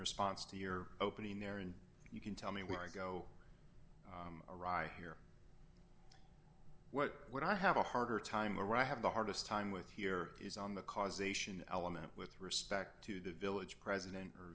response to your opening there and you can tell me where i go awry here what what i have a harder time around i have the hardest time with here is on the causation element with respect to the village president